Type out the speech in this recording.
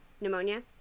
Pneumonia